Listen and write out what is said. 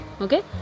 okay